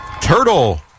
Turtle